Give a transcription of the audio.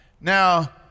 Now